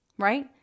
right